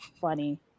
Funny